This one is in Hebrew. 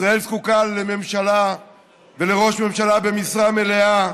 ישראל זקוקה לממשלה ולראש ממשלה במשרה מלאה,